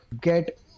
get